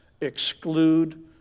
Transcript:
exclude